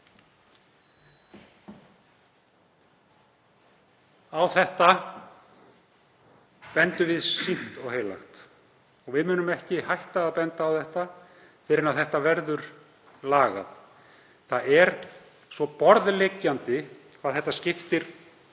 Á þetta bendum við sýknt og heilagt. Við munum ekki hætta að benda á þetta fyrr en það verður lagað. Það er svo borðleggjandi hvað þetta skiptir framtíð